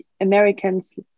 Americans